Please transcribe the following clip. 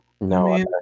no